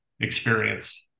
experience